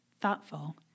thoughtful